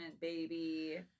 baby